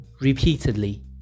repeatedly